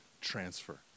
transfer